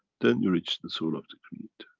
then reach the soul of the creator.